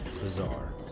bizarre